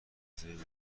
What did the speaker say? وجود